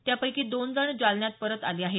त्यापैकी दोनजण जालन्यात परत आले आहेत